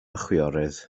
chwiorydd